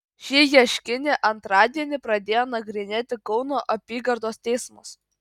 šį ieškinį antradienį pradėjo nagrinėti kauno apygardos teismas